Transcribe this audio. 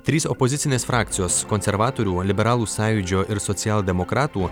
trys opozicinės frakcijos konservatorių liberalų sąjūdžio ir socialdemokratų